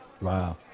Wow